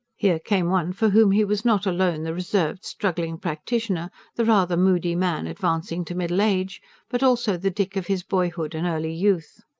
here came one for whom he was not alone the reserved, struggling practitioner, the rather moody man advancing to middle-age but also the dick of his boyhood and early youth.